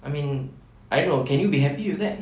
I mean I don't know can you be happy with that